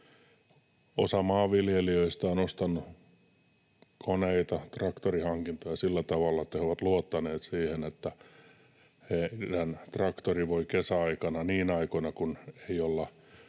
Osa maanviljelijöistä on ostanut koneita, tehnyt traktorihankintoja sillä tavalla, että he ovat luottaneet siihen, että heidän traktorinsa voi kesäaikana niinä aikoina, kun ei olla